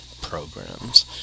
programs